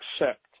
accept